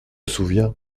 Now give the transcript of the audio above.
souviens